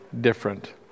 different